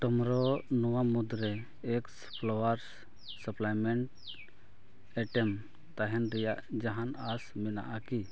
ᱴᱩᱢᱳᱨᱳ ᱱᱚᱣᱟ ᱢᱩᱫᱽᱨᱮ eggs flowers supplement items ᱛᱟᱦᱮᱱ ᱨᱮᱱᱟᱜ ᱡᱟᱦᱟᱱ ᱟᱥ ᱢᱮᱱᱟᱜᱼᱟ ᱠᱤ